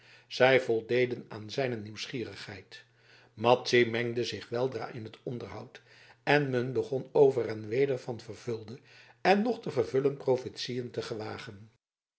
zij voldeden aan zijne nieuwsgierigheid madzy mengde zich weldra in het onderhoud en men begon over en weder van vervulde en nog te vervullene profetieën te gewagen